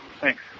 Thanks